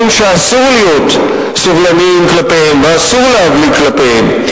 שאסור להיות סובלניים כלפיהם ואסור להבליג כלפיהם.